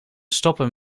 stoppen